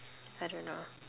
I don't know